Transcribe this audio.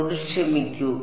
എന്നോട് ക്ഷമിക്കൂ